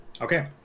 Okay